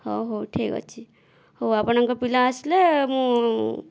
ହେଉ ହେଉ ଠିକ ଅଛି ହେଉ ଆପଣଙ୍କ ପିଲା ଆସିଲେ ମୁଁ